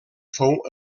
fou